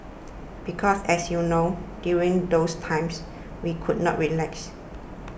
because as you know during those times we could not relax